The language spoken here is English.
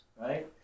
right